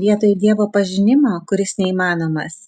vietoj dievo pažinimo kuris neįmanomas